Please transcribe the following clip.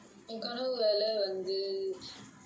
என் கனவு வேலை வந்து:en kanavu velai vanthu